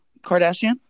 Kardashian